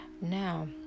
Now